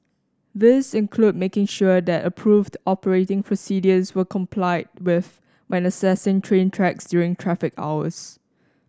these include making sure that approved operating procedures were complied with when accessing train tracks during traffic hours